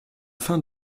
fin